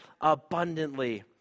abundantly